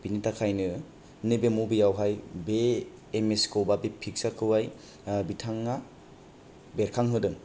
बिनि थाखायनो नैबे मबियावहाय बे एमेसखौ बा फिकसारखौहाय बिथाङा बेरखांहोदों